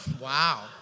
Wow